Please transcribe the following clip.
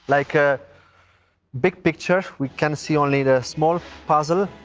like ah big picture, we can see only the small puzzle,